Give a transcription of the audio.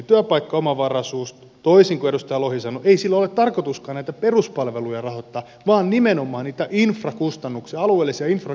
työpaikkaomavaraisuudella toisin kuin edustaja lohi sanoi ei ole tarkoituskaan näitä peruspalveluja rahoittaa vaan nimenomaan niitä alueellisia infrakustannuksia